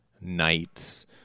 knights